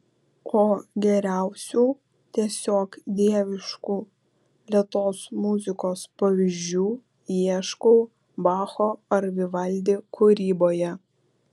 o geriausių tiesiog dieviškų lėtos muzikos pavyzdžių ieškau bacho ar vivaldi kūryboje